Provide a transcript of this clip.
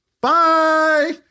Bye